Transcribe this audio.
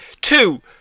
Two